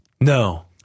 No